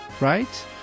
right